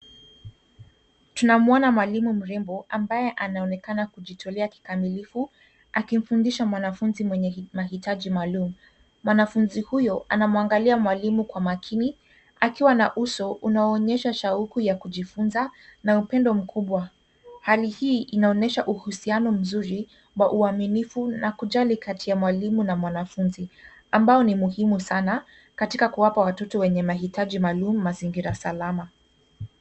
Tunamwona mwalimu mrembo, ambaye anaonekana kujiitolea kikamilifu, akimfundisha mwanafunzi mwenye mahitaji maalumu. Mwanafunzi huyo anamwangalia mwalimu kwa makini, akiwa na uso unaoonyesha shauku ya kujifunza na upendo mkubwa. Hali hii inaonyesha uhusiano mzuri wa uaminifu na kujali kati ya mwalimu na mwanafunzi, ambao ni muhimu sana katika kuwapa watoto wenye mahitaji maalumu mazingira salama.